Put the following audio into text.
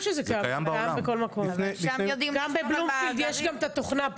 גם בבלומפילד יש את התוכנה.